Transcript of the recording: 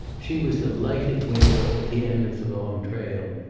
she was the lighted window at the end of the long trail.